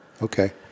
Okay